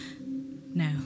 No